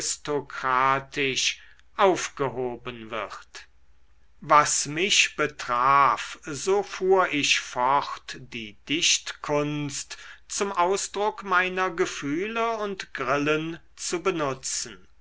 aristokratisch aufgehoben wird was mich betraf so fuhr ich fort die dichtkunst zum ausdruck meiner gefühle und grillen zu benutzen